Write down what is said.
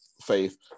faith